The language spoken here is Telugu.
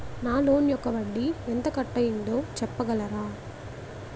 నా లోన్ యెక్క వడ్డీ ఎంత కట్ అయిందో చెప్పగలరా?